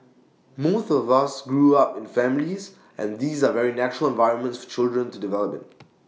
most of us grew up in families and these are very natural environments for children to develop in